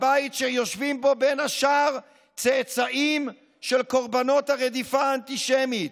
הבית שיושבים בו בין השאר צאצאים של קורבנות הרדיפה האנטישמית,